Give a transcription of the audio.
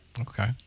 Okay